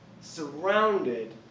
surrounded